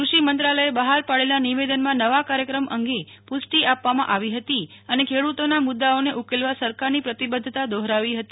કૃષિ મંત્રાલયે પાડેલા નિવેદનમાં નવા કાર્યક્રમ અંગે પ્રષ્ટિ આપવામાં આવી હતી અને ખેડૂતોના મુદ્દાઓને ઉકેલવા સરકારની પ્રતિબદ્ધતા દોહરાવી હતી